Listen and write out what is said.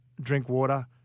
Drinkwater